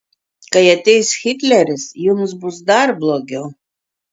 kai ateis hitleris jums bus dar blogiau